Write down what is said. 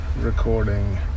recording